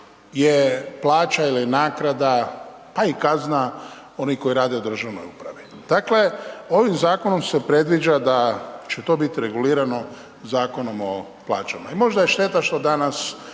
je plaća ili nagrada, pa i kazna onih koji rade u državnoj upravi. Dakle, ovim zakonom se predviđa da će to bit regulirano Zakonom o plaćama i možda je šteta što danas